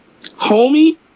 homie